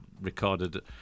recorded